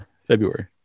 February